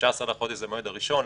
15 בחודש זה המועד הראשון,